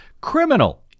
criminal